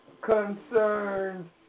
concerns